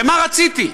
ומה רציתי?